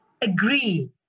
agree